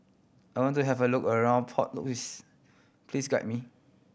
I want to have a look around Port Louis please guide me